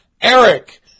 Eric